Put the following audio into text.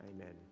Amen